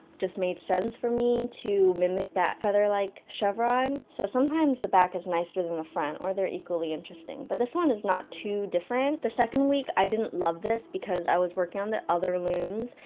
just made sense for me to mimic that feather-like chevron, so sometimes, the back is nicer than the front. or they're equally interesting. but this one is not too different, the second week, i didn't love this, because i was working on the other looms,